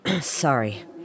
Sorry